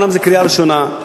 אומנם זה קריאה ראשונה,